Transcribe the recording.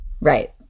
right